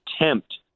attempt